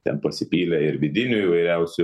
ten pasipylė ir vidinių įvairiausių